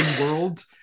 world